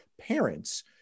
parents